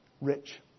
rich